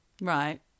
Right